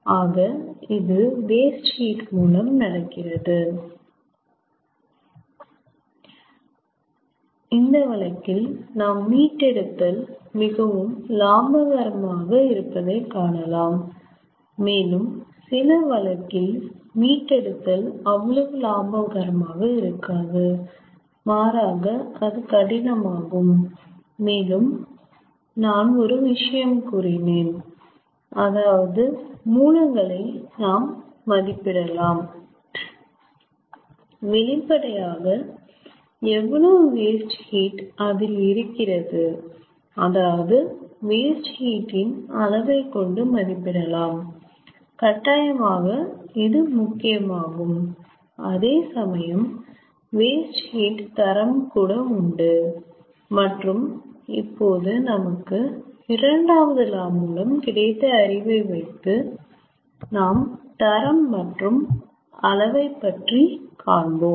ஆக இது waste heat மூலம் நடக்கிறது இந்த வழக்கில் நாம் மீட்டெடுத்தல் மிகவும் லாபகரமான இருப்பதாக காணலாம் வேறு சில வழக்கில் மீட்டெடுத்தல் அவ்வளவு லாபகரமாக இருக்காது மாறாக அது கடினமாகும் மேலும் நான் ஒரு விஷயம் கூறினேன் அதாவது மூலங்கள் ஐ நாம் மதிப்பிடலாம் வெளிப்படையாக எவ்வளவு வேஸ்ட் ஹீட் அதில் இருக்கிறது அதாவது வேஸ்ட் ஹீட் இன் அளவை கொண்டு மதிப்பிடலாம் கட்டாயமாக இது முக்கியம் ஆகும் அதே சமயம் வேஸ்ட் ஹீட் தரம் கூட உண்டு மற்றும் இப்பொது நமக்கு இரண்டாவது லா மூலம் கிடைத்த அறிவை வைத்து நாம் தரம் மற்றும் அளவை பற்றி காண்போம்